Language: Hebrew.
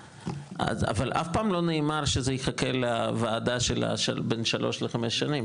אבל אף פעם לא נאמר שזה יחכה לוועדה של בין 3-5 שנים.